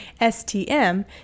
STM